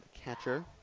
catcher